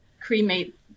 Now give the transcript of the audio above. cremate